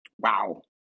Wow